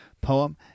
poem